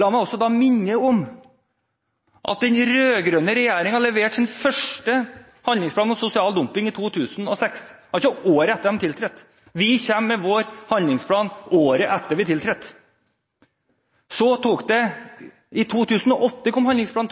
La meg også minne om at den rød-grønne regjeringen leverte sin første handlingsplan mot sosial dumping i 2006, altså året etter at de tiltrådte. Vi kommer med vår handlingsplan året etter at vi tiltrådte. I 2008 kom handlingsplan